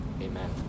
Amen